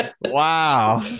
Wow